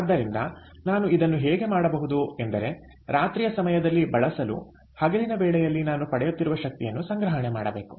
ಆದ್ದರಿಂದ ನಾನು ಇದನ್ನು ಹೇಗೆ ಮಾಡಬಹುದು ಎಂದರೆ ರಾತ್ರಿಯ ಸಮಯದಲ್ಲಿ ಬಳಸಲು ಹಗಲಿನ ವೇಳೆಯಲ್ಲಿ ನಾನು ಪಡೆಯುತ್ತಿರುವ ಶಕ್ತಿಯನ್ನು ಸಂಗ್ರಹಣೆ ಮಾಡಬೇಕು